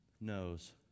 knows